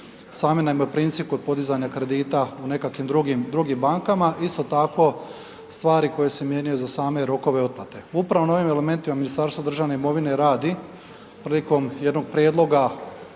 sami najmoprimci kod podizanja kredita u nekakvim drugim bankama. Isto tako stvari koje se mijenjaju za same rokove otplate. Upravo na ovim elementima Ministarstvo državne imovine radi prilikom jednog prijedloga